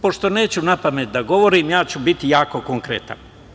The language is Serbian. Pošto neću napamet da govorim, ja ću biti jako konkretan.